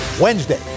Wednesday